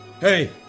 Hey